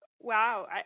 Wow